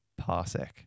parsec